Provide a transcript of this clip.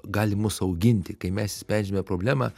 gali mus auginti kai mes sprendžiame problemą